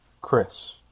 Chris